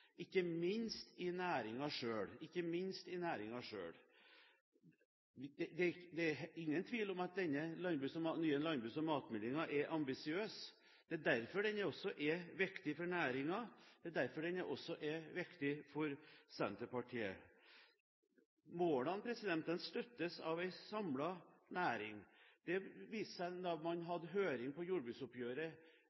ikke minst i næringen selv. Det er ingen tvil om at den nye landbruks- og matmeldingen er ambisiøs. Det er derfor den også er viktig for næringen, og det er derfor den også er viktig for Senterpartiet. Målene støttes av en samlet næring, det viste seg da man